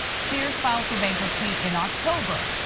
sears filed for bankruptcy in october.